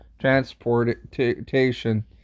Transportation